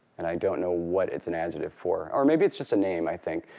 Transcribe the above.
and i don't know what it's an adjective for. or maybe it's just a name, i think.